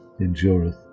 endureth